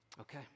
Okay